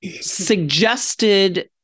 suggested